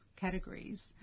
categories